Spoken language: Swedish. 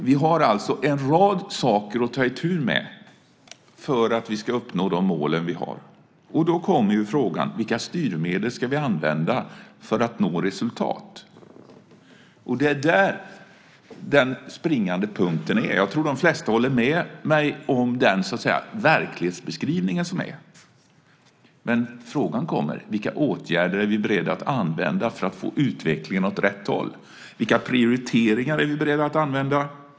Vi har alltså en rad saker att ta itu med för att vi ska uppnå våra mål. Då kommer ju frågan: Vilka styrmedel ska vi använda för att nå resultat? Det är det som är den springande punkten. Jag tror att de flesta håller med mig om verklighetsbeskrivningen. Men frågan kommer: Vilka åtgärder är vi beredda att vidta för att få utvecklingen åt rätt håll? Vilka prioriteringar är vi beredda att göra?